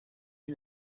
est